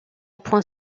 point